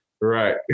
Right